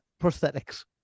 prosthetics